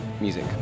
music